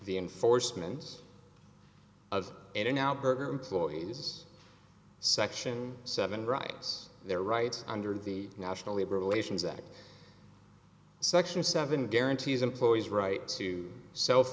the enforcement of any now burger employees section seven rights their rights under the national labor relations act section seven guarantees employees right to self